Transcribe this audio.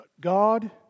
God